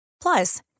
Plus